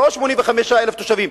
לא 85,000 תושבים,